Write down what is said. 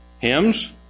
hymns